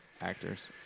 actors